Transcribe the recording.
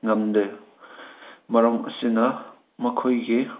ꯉꯝꯗꯦ ꯃꯔꯝ ꯑꯁꯤꯅ ꯃꯈꯣꯏꯒꯤ